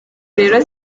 rero